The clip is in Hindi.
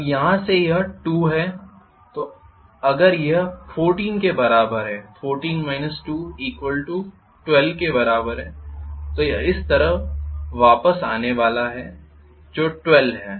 अब यहाँ से यह 2 है तो अगर यह 14 के बराबर है 14 212 के बराबर है तो यह इस जगह पर वापस आने वाला है जो 12 है